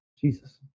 Jesus